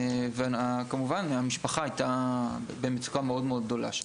וכמובן, המשפחה הייתה במצוקה מאוד מאוד גדולה שם.